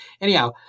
Anyhow